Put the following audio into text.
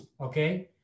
okay